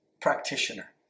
practitioner